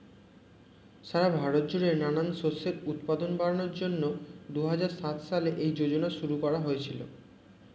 সারা ভারত জুড়ে নানান শস্যের উৎপাদন বাড়ানোর জন্যে দুহাজার সাত সালে এই যোজনা শুরু করা হয়েছিল